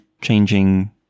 changing